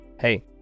Hey